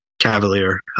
cavalier